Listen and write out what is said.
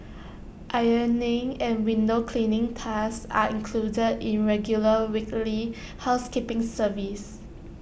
ironing and window cleaning tasks are included in regular weekly housekeeping service